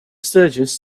sturgis